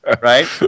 Right